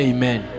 Amen